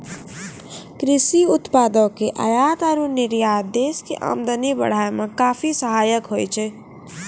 कृषि उत्पादों के आयात और निर्यात देश के आमदनी बढ़ाय मॅ काफी सहायक होय छै